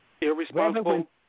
irresponsible